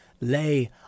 lay